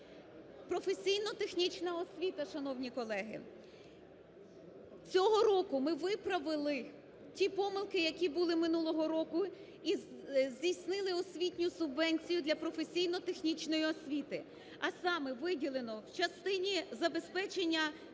Професійно-технічна освіта, шановні колеги. Цього року ми виправили ті помилки, які були минулого року, і здійснили освітню субвенцію для професійно-технічної освіти, а саме виділено в частині забезпечення загальної